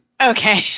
Okay